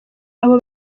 abo